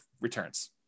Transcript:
returns